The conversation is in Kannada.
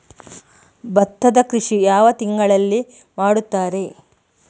ಭತ್ತದ ಕೃಷಿ ಯಾವ ಯಾವ ತಿಂಗಳಿನಲ್ಲಿ ಮಾಡುತ್ತಾರೆ?